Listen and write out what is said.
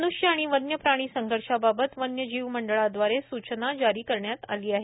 मन्ष्य आणि वन्य प्राणी संघर्षाबाबत वन्य जीव मंडळादवारे सूचना जारी करण्यात आली आहे